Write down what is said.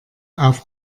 auf